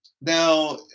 Now